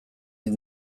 dit